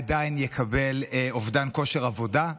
עדיין יקבל אובדן כושר עבודה.